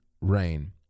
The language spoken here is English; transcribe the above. rain